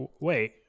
wait